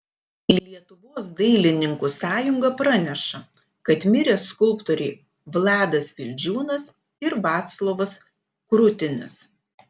lietuvos dailininkų sąjunga praneša kad mirė skulptoriai vladas vildžiūnas ir vaclovas krutinis